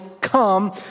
come